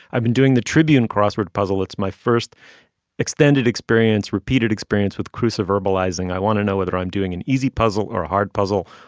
i've been doing the tribune crossword puzzle it's my first extended experience repeated experience with crusoe verbalizing i want to know whether i'm doing an easy puzzle or a hard puzzle.